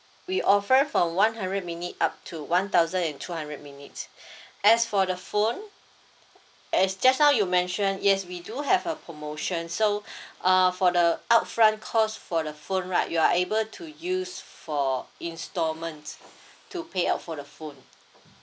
we offer from one hundred minute up to one thousand and two hundred minutes as for the phone as just now you mention yes we do have a promotion so uh for the up front cost for the phone right you are able to use for instalment to pay out for the phone